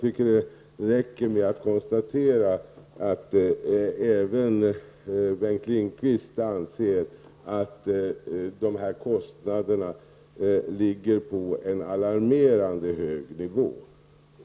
Det räcker med att konstatera att även Bengt Lindqvist anser att kostnaderna ligger på en alarmerande hög nivå.